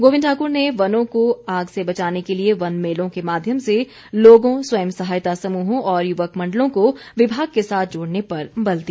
गोविंद ठाक्र ने वनों को आग से बचाने के लिए वन मेलों के माध्यम से लोगों स्वयं सहायता समूहों और यूवक मंडलों को विभाग के साथ जोड़ने पर बल दिया